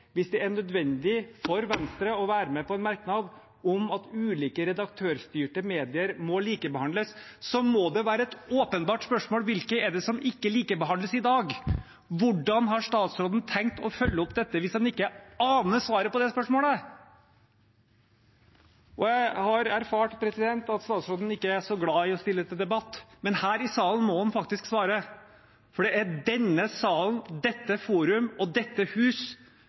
Hvis det er nødvendig for Venstre å være med på en merknad om at ulike redaktørstyrte medier må likebehandles, må dette være et åpenbart spørsmål: Hvilke er det som ikke likebehandles i dag? Hvordan har statsråden tenkt å følge opp dette hvis han ikke aner svaret på det spørsmålet? Jeg har erfart at statsråden ikke er så glad i å stille til debatt, men her i salen må han faktisk svare, for det er denne sal, dette forum, dette hus